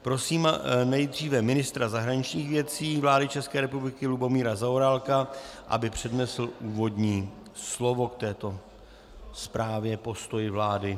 Prosím nejdříve ministra zahraničních věcí vlády ČR Lubomíra Zaorálka, aby přednesl úvodní slovo k této zprávě, postoj vlády.